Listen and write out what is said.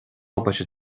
obair